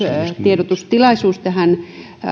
tiedotustilaisuus tähän laki a